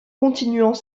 continuant